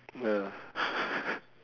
ya